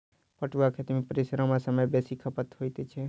पटुआक खेती मे परिश्रम आ समय बेसी खपत होइत छै